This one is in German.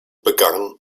begann